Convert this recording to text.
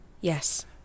Yes